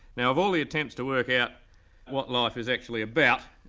now of all the attempts to work out what life is actually about,